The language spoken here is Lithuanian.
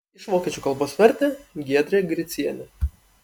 iš vokiečių kalbos vertė giedrė gricienė